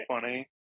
funny